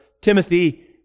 Timothy